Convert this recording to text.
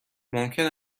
ممکن